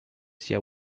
sia